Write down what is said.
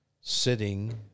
sitting